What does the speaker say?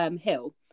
hill